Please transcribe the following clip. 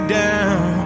down